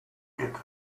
git